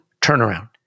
turnaround